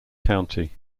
county